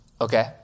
Okay